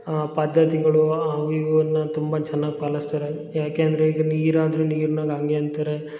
ಆ ಪದ್ಧತಿಗಳು ಅವು ಇವು ಅನ್ನ ತುಂಬ ಚೆನ್ನಾಗಿ ಪಾಲಸ್ತಾರೆ ಯಾಕೆಂದರೆ ಈಗ ನೀರಾದರು ನೀರ್ನಾಗೆ ಹಂಗೆ ಅಂತಾರೆ